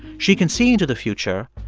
she can see into the future,